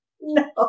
No